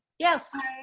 yes.